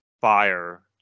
fire